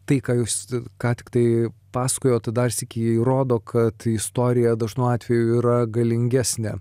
tai ką jūs ką tik tai pasakojote dar sykį įrodo kad istorija dažnu atveju yra galingesnė